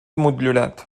motllurat